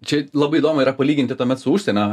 čia labai įdomu yra palyginti tuomet su užsienio